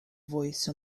voice